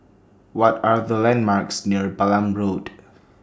What Are The landmarks near Balam Road